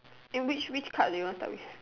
eh which which card do you want to start with